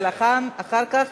ואחר כך,